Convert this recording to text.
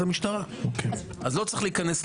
17. 17. ולא יהיה יותר.